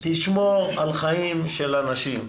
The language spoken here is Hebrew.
תשמור על החיים של אנשים.